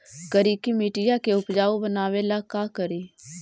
करिकी मिट्टियां के उपजाऊ बनावे ला का करी?